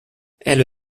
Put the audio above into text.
elle